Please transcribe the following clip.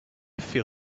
feel